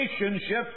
relationship